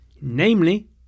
namely